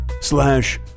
slash